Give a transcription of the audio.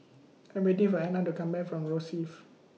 I Am waiting For Ena to Come Back from Rosyth